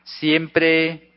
siempre